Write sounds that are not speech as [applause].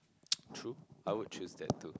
[noise] true I would choose that too